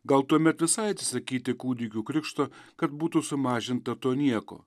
gal tuomet visai atsisakyti kūdikių krikšto kad būtų sumažinta to nieko